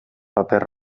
paper